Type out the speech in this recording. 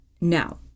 Now